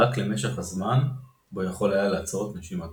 רק למשך הזמן בו יכול היה לעצור את נשימתו.